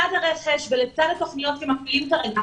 לצד הרכש ולצד התכניות שמפעילים כרגע